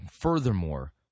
furthermore